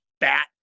bat